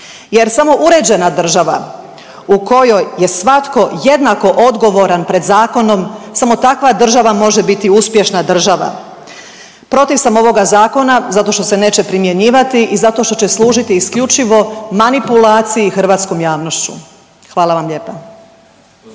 jer samo uređena država u kojoj je svatko jednako odgovoran pred zakonom samo takva država može biti uspješna država. Protiv sam ovoga zakona zato što se neće primjenjivati i zato što će služiti isključivo manipulaciji hrvatskom javnošću. Hvala vam lijepa.